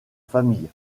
famille